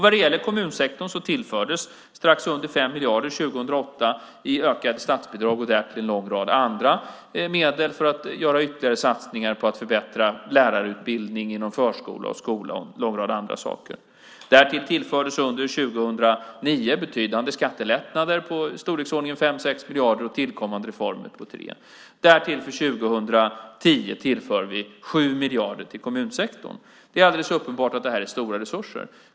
Vad gäller kommunsektorn tillfördes strax under 5 miljarder 2008 i ökade statsbidrag och därtill en lång rad andra medel för att göra ytterligare satsningar på att förbättra lärarutbildning inom förskola och skola och en lång rad andra saker. Därtill tillfördes under 2009 betydande skattelättnader på i storleksordningen 5-6 miljarder och tillkommande reformer på 3 miljarder. För 2010 tillför vi därtill 7 miljarder till kommunsektorn. Det är alldeles uppenbart att det är stora resurser.